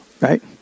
right